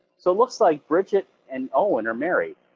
so it looks like bridget and owen are married.